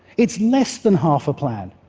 it's less than half a plan,